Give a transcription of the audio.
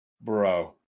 Bro